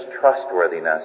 trustworthiness